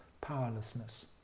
powerlessness